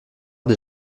des